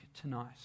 tonight